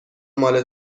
مال